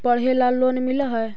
पढ़े ला लोन मिल है?